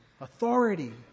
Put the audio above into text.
authority